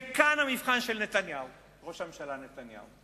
וכאן המבחן של ראש הממשלה נתניהו,